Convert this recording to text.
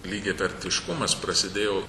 lygiavertiškumas prasidėjo